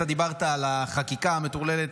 אתה דיברת על החקיקה המטורללת.